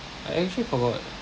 I actually forgot